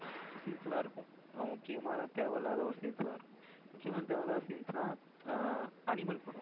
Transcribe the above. சீன்ஸ்லாம் இருக்கும் நல்லா முக்கியமான தேவையில்லாத ஒரு சீன்ஸ்லாம் இருக்கும் முக்கியமான தேவையில்லாத சீன்ஸ்னால் அனிமல் படம்